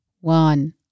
one